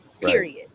Period